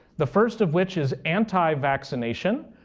the first of which is anti-vaccination.